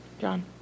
John